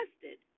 tested